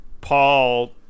Paul